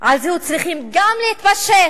על זהות צריכים גם להתפשט